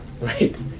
right